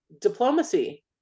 diplomacy